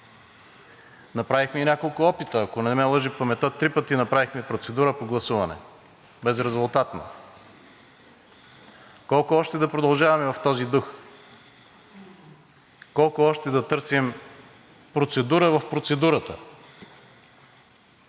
Направихме и няколко опита – ако не ме лъже паметта, три пъти направихме процедура по гласуване, безрезултатно. Колко още да продължаваме в този дух? Колко още да търсим процедура в процедурата?